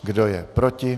Kdo je proti?